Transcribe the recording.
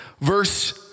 verse